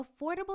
affordable